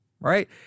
right